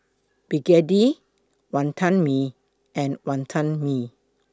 Begedil Wantan Mee and Wonton Mee